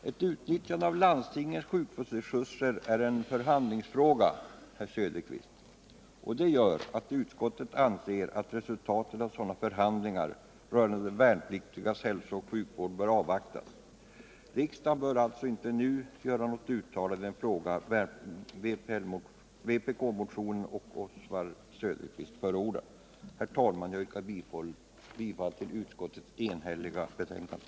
Ett utnyttjande av landstingets sjukvårdsresurser är en förhandlingsfråga, herr Söderqvist, och det gör att utskottet anser att resultatet av sådana förhandlingar rörande de värnpliktigas hälso och sjukvård bör avvaktas. Riksdagen bör alltså inte Försvarsmaktens hälso och sjukvård i fred nu göra något uttalande i den fråga vpk-motionen och Oswald Söderqvist tagit upp. Herr talman! Jag yrkar bifall till utskottets enhälliga hemställan.